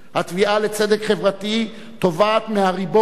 התביעה לצדק חברתי תובעת מהריבון,